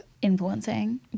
influencing